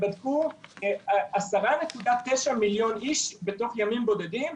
הם בדקו 10.9 מיליון איש בתוך ימים בודדים,